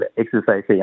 exercise